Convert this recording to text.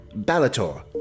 Balator